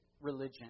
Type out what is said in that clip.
religion